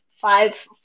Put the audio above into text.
five